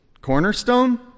cornerstone